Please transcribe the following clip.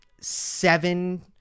seven